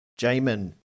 Jamin